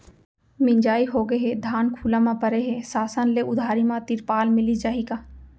मिंजाई होगे हे, धान खुला म परे हे, शासन ले उधारी म तिरपाल मिलिस जाही का?